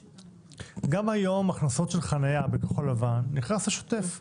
גם היום הכנסות של חניה בכחול לבן נכנס לשוטף,